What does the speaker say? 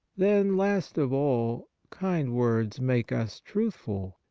then, last of all, kind words make us truthful.